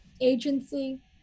agency